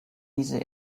diese